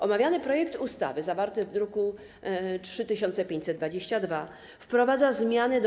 Omawiany projekt ustawy zawarty w druku nr 3522 wprowadza zmiany do